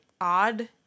odd